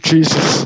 Jesus